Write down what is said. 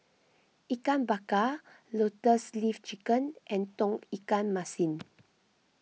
Ikan Bakar Lotus Leaf Chicken and Tauge Ikan Masin